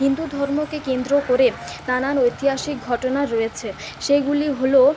হিন্দুধর্মকে কেন্দ্র করে নানান ঐতিহাসিক ঘটনা রয়েছে সেগুলি হল